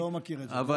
לא מכיר את זה.